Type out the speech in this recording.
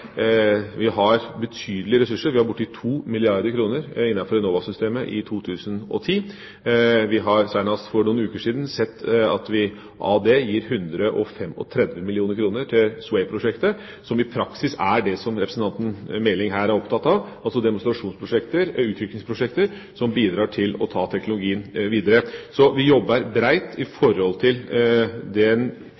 Vi har betydelige ressurser. Vi har bortimot 2 milliarder kr innenfor Enova-systemet i 2010. Senest for noen uker siden ga vi 135 mill. kr av det til SWAY-prosjektet, som i praksis er det som representanten Meling her er opptatt av, nemlig demonstrasjonsprosjekter og utviklingsprosjekter som bidrar til å ta teknologien videre. Så vi jobber bredt med den intensjonen jeg hører i